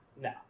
no